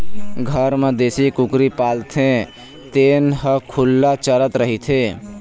घर म देशी कुकरी पालथे तेन ह खुल्ला चरत रहिथे